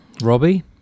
Robbie